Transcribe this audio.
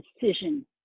decision